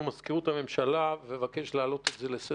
אז הוא מקבל לפי מינימום משרת